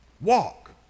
walk